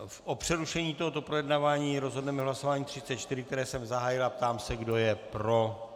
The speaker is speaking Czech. O přerušení tohoto projednávání rozhodneme v hlasování 34, které jsem zahájil a ptám se, kdo je pro.